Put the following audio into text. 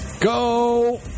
go